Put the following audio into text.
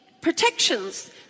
protections